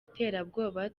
iterabwoba